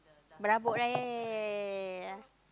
berabuk right yeah yeah yeha yeah yeah yeah yeah